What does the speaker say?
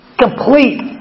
complete